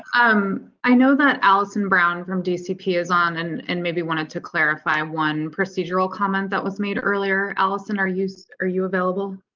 and um i know that alison brown from dcp is on and and maybe wanted to clarify one procedural comment that was made earlier. allison are used. are you available?